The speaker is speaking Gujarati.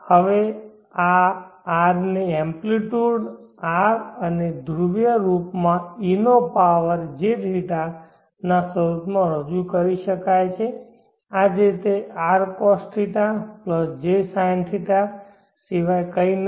હવે આ R ને એમ્પ્લીટયુડ R અને ધ્રુવીય સ્વરૂપમાં e નો પાવર jθ મા સ્વરૂપ માં રજૂ કરી શકાય છે આ રીતે R cos θ j sin θ સિવાય કંઈ નથી